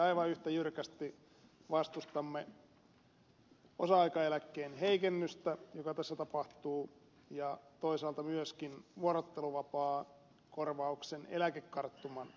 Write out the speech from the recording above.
aivan yhtä jyrkästi vastustamme osa aikaeläkkeen heikennystä joka tässä tapahtuu ja toisaalta myöskin vuorotteluvapaakorvauksen eläkekarttuman heikennystä